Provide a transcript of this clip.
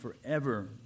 forever